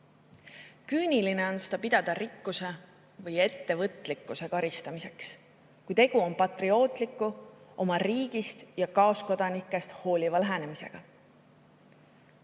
Küüniline on seda pidada rikkuse või ettevõtlikkuse karistamiseks, kui tegu on patriootliku, oma riigist ja kaaskodanikest hooliva